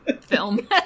film